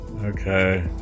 Okay